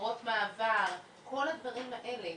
דירות מעבר, כל הדברים האלה.